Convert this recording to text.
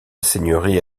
seigneurie